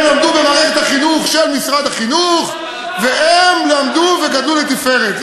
הם למדו במערכת החינוך של משרד החינוך והם למדו וגדלו לתפארת.